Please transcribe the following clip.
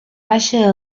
baixa